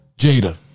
Jada